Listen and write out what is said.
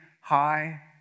high